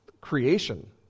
creation